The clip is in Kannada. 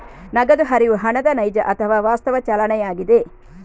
ನಗದು ಹರಿವು ಹಣದ ನೈಜ ಅಥವಾ ವಾಸ್ತವ ಚಲನೆಯಾಗಿದೆ